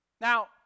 Now